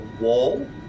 wall